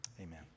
amen